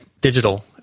digital